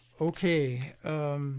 Okay